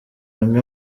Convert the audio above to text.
amwe